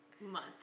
month